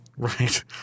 Right